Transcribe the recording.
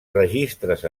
registres